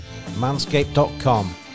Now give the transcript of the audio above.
manscape.com